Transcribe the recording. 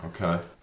Okay